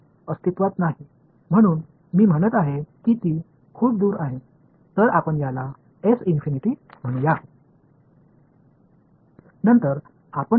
இந்த புள்ளியிடப்பட்ட கோடு நான் இங்கு வரைந்திருக்கும் வெளிப்புற எல்லை இது உண்மையில் இல்லை இது தொலைவில் உள்ளது என்று சொல்கிறேன் எனவே அதை என்று அழைப்போம்